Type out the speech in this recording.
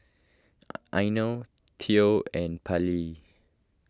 Eino theo and Pallie